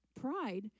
pride